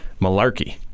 malarkey